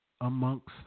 amongst